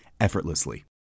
effortlessly